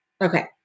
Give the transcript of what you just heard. Okay